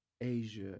Asia